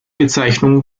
bezeichnung